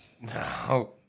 No